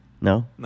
No